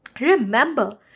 Remember